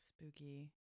Spooky